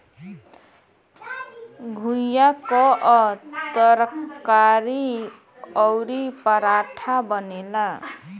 घुईया कअ तरकारी अउरी पराठा बनेला